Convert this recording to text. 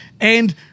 And-